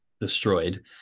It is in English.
destroyed